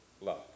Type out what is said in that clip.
love